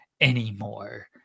anymore